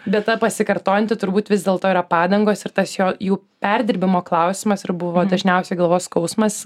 bet ta pasikartojanti turbūt vis dėlto yra padangos ir tas jo jų perdirbimo klausimas ir buvo dažniausiai galvos skausmas